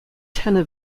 tenor